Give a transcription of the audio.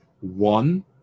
one